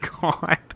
God